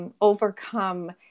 Overcome